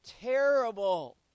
terrible